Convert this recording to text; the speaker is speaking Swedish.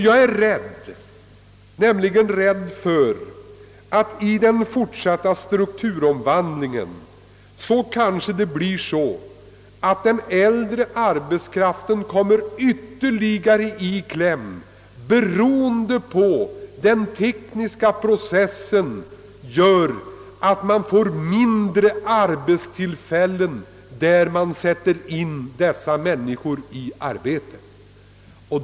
Jag är rädd för att den äldre arbetskraften vid den fortsatta —strukturomvandlingen «skall komma ytterligare i kläm; på grund av de nya tekniska processerna blir ju arbetstillfällena färre.